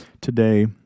today